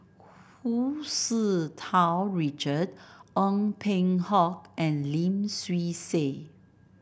Hu Tsu Tau Richard Ong Peng Hock and Lim Swee Say